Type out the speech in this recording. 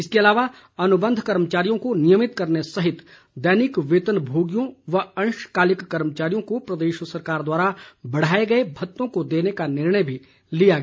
इसके अलावा अनुबंध कर्मचारियों को नियमित करने सहित दैनिक वेतन भोगियों व अंशकालिक कर्मचारियों को प्रदेश सरकार द्वारा बढ़ाए गए भत्तों को देने का निर्णय भी लिया गया